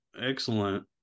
excellent